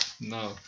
No